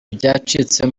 byacitse